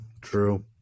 True